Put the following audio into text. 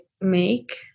make